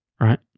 Right